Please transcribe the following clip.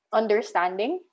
understanding